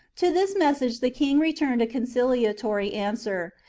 to this message the king returned a con ciliatory answer,